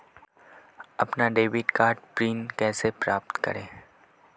अपना debit card PIN कैसे प्राप्त करें?